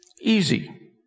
easy